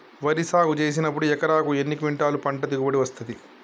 వరి సాగు చేసినప్పుడు ఎకరాకు ఎన్ని క్వింటాలు పంట దిగుబడి వస్తది?